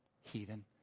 Heathen